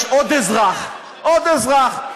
יש עוד אזרח, עוד אזרח.